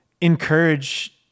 encourage